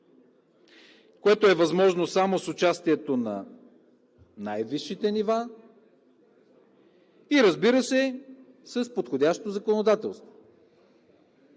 Това е възможно само с участието на най-висшите нива и, разбира се, с подходящо законодателство